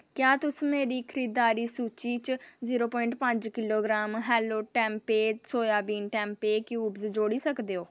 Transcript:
क्या तुस मेरी खरीदारी सूची च जीरो पोआईंट पंज किलोग्राम हैलो टैंपेय सोयाबीन टेम्पेय क्यूबां जोड़ी सकदे ओ